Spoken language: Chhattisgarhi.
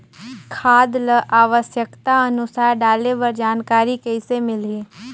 खाद ल आवश्यकता अनुसार डाले बर जानकारी कइसे मिलही?